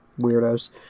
weirdos